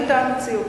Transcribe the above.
זו היתה המציאות.